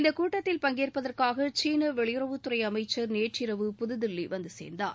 இந்த கூட்டத்தில் பங்கேற்பதற்காக சீன வெளியுறவுத்துறை அமைச்சர் நேற்றிரவு புதுதில்லி வந்து சேர்ந்தார்